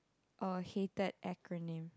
oh hated acronym